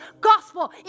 gospel